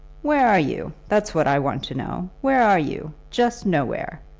where are you? that's what i want to know. where are you? just nowhere.